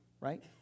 right